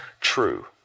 true